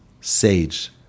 sage